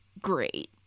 great